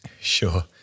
Sure